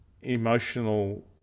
emotional